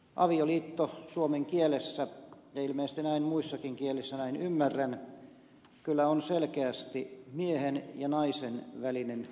avioliitto suomen kielessä ja ilmeisesti näin muissakin kielissä näin ymmärrän on kyllä selkeästi miehen ja naisen välinen liitto